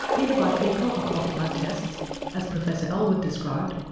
either by fecal occult blood tests as professor elwood described,